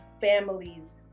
families